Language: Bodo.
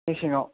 मेसेंआव